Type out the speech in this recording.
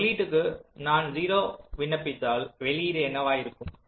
இந்த உள்ளீட்டுக்கு நான் 0 விண்ணப்பித்தால் வெளியீடு என்னவாயிருக்கும்